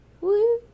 Woo